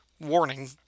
warning